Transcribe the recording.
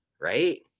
right